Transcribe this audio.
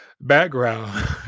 background